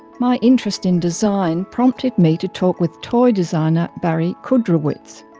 my interest in design prompted me to talk with toy designer barry kudrowitz.